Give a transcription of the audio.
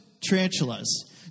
tarantulas